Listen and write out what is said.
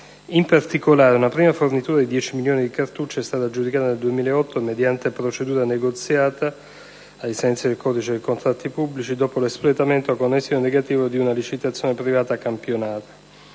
In particolare, una prima fornitura di 10 milioni di cartucce è stata aggiudicata nel 2008 mediante procedura negoziata, ai sensi del codice dei contratti pubblici, dopo l'espletamento, con esito negativo, di una licitazione privata campionata.